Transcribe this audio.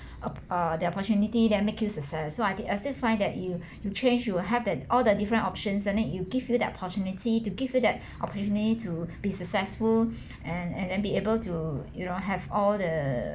op~ uh the opportunity then make you success so I think I still find that you you change you will have that all the different options and then it will give you that opportunity to give you that opportunity to be successful and and then be able to you know have all the